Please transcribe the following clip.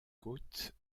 côte